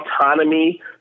autonomy